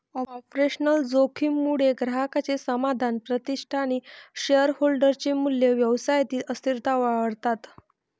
operational जोखीम मुळे ग्राहकांचे समाधान, प्रतिष्ठा आणि शेअरहोल्डर चे मूल्य, व्यवसायातील अस्थिरता वाढतात